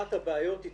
אחת הבעיות היא,